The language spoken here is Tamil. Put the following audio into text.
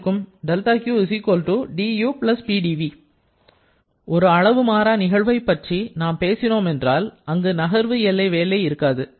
δq du Pdv ஒரு அளவு மாறா நிகழ்வை பற்றி நாம் பேசினோம் என்றால் அங்கு நகர்வு எல்லை வேலை இருக்காது